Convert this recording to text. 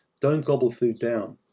don't gobble food down.